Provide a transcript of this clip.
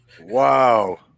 Wow